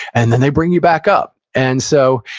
and then, they bring you back up. and so,